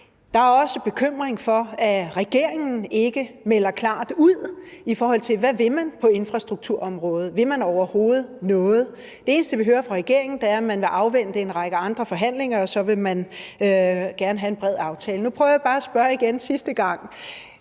Der er også bekymring for, at regeringen ikke melder klart ud, i forhold til hvad man vil på infrastrukturområdet. Vil man overhovedet noget? Det eneste, vi hører fra regeringen, er, at man vil afvente en række andre forhandlinger, og så vil man gerne have en bred aftale. Nu prøver jeg bare at spørge igen en sidste gang: